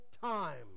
time